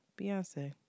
Beyonce